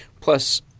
Plus